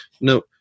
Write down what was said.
No